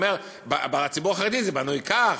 שאומר: בציבור החרדי זה בנוי כך,